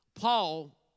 Paul